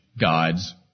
gods